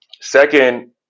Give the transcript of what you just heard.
second